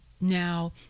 now